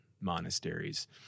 monasteries